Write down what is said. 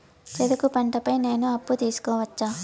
చెరుకు పంట పై నేను అప్పు తీసుకోవచ్చా?